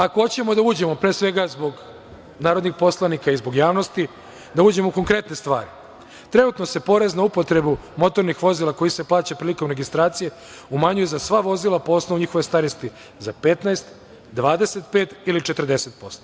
Ako hoćemo da uđemo, pre svega, zbog narodnih poslanika i zbog javnosti, da uđemo u konkretne stvari, trenutno se porez na upotrebu motornih vozila koji se plaća prilikom registracije umanjuje za sva vozila po osnovu njihove starosti za 15, 25 ili 40%